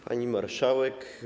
Pani Marszałek!